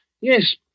Yes